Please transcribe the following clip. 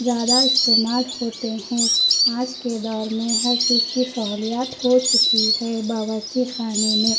زیادہ استعمال ہوتے ہیں آج کے دور میں ہر چیز کی سہولیات ہو چکی ہے باورچی خانے میں